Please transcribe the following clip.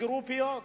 תסגרו פיות.